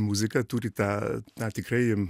muzika turi tą na tikrai